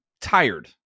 tired